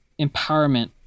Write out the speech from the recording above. empowerment